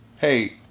Hey